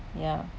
ya